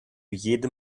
jedem